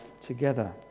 together